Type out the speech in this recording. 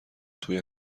توی